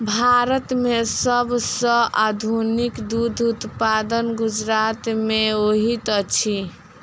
भारत में सब सॅ अधिक दूध उत्पादन गुजरात में होइत अछि